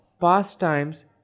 pastimes